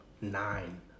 nine